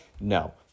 No